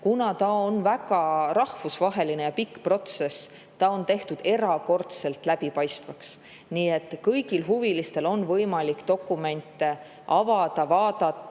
Kuna see on väga rahvusvaheline ja pikk protsess, on see tehtud erakordselt läbipaistvaks, nii et kõigil huvilistel on võimalik dokumente avada, vaadata,